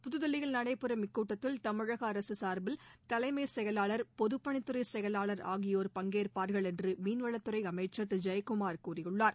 புதுதில்லியில் நடைபெறும் இக்கூட்டத்தில் தமிழக அரசு சார்பில் தலைமை செயலாளர் பொதுப் பணித்துறை செயலாளர் ஆகியோர் பங்கேற்பார்கள் என்று மீன்வளத்துறை அமைச்சர் திரு ஜெயக்குமார் கூறியுள்ளார்